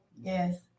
Yes